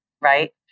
right